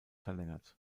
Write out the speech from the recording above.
verlängert